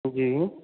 जी